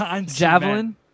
Javelin